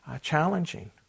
challenging